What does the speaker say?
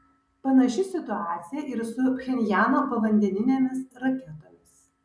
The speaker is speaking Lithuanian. panaši situacija ir su pchenjano povandeninėmis raketomis